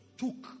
took